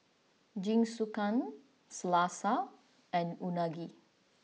Jingisukan Salsa and Unagi